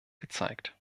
gezeigt